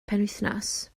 penwythnos